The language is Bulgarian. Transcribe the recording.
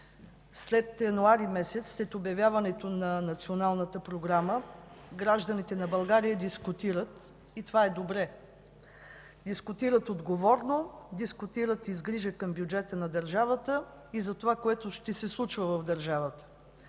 месец януари – след обявяването на Националната програма, гражданите на България дискутират и това е добре. Дискутират отговорно, дискутират и с грижа към бюджета на държавата и за това, което ще се случва в държавата.